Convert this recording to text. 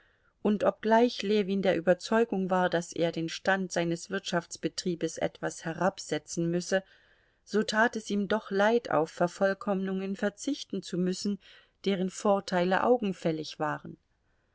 und obgleich ljewin der überzeugung war daß er den stand seines wirtschaftsbetriebes etwas herabsetzen müsse so tat es ihm doch leid auf vervollkommnungen verzichten zu müssen deren vorteile augenfällig waren